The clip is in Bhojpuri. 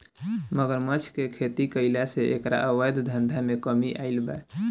मगरमच्छ के खेती कईला से एकरा अवैध धंधा में कमी आईल बा